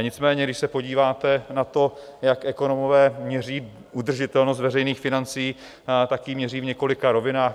Nicméně když se podíváte na to, jak ekonomové měří udržitelnost veřejných financí, tak ji měří v několika rovinách.